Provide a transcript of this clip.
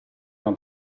una